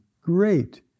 great